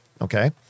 Okay